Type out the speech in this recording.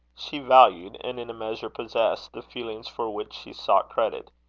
she valued, and in a measure possessed, the feelings for which she sought credit.